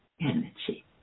energy